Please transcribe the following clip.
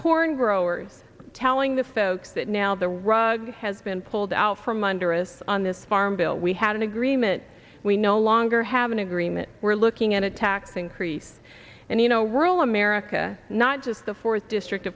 corn growers telling the folks that now the rug has been pulled out from under us on this farm bill we had an agreement we no longer have an agreement we're looking at a tax increase and you know rural america not just the fourth district